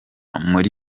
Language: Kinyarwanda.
muri